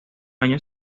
año